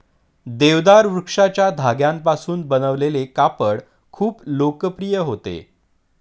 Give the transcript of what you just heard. देवदार वृक्षाच्या धाग्यांपासून बनवलेले कापड खूप लोकप्रिय होते